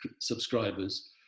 subscribers